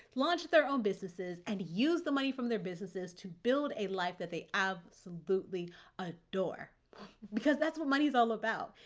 launch their own businesses, and use the money from their businesses to build a life that they absolutely adore because that's what money's all about.